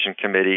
Committee